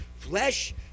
Flesh